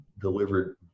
delivered